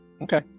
Okay